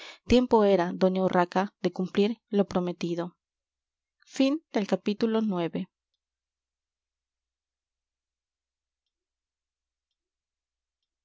tiempo era doña urraca de cumplir lo prometido